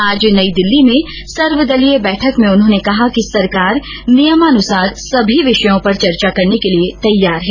आज नई दिल्ली में सर्वदलीय बैठक में उन्होंने कहा कि सरकार नियमानुसार सभी विषयों पर चर्चा करने के लिए तैयार है